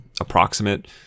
approximate